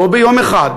לא ביום אחד,